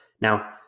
Now